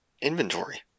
inventory